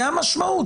זה המשמעות.